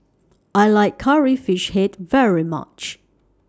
I like Curry Fish Head very much